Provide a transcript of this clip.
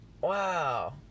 Wow